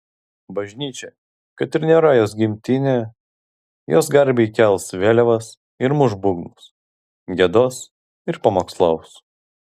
bažnyčia kad ir nėra jos gimtinė jos garbei kels vėliavas ir muš būgnus giedos ir pamokslaus